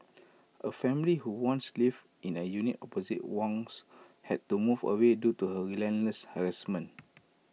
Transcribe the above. A family who once lived in A unit opposite Wang's had to move away due to her relentless harassment